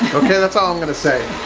okay? that's all i'm gonna say.